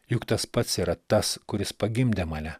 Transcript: juk tas pats yra tas kuris pagimdė mane